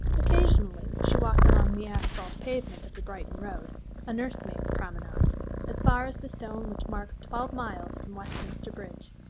occasionally she walked along the asphalte pavement of the brighton road a nursemaids' promenade as far as the stone which marks twelve miles from westminster bridge.